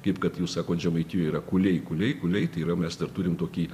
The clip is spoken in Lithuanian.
kaip kad jūs sakot žemaitijoj yra kuliai kuliai kuliai tai yra mes dar turim tokį